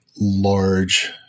large